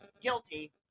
guilty